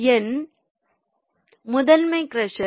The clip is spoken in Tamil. என் முதன்மை க்ரஷர்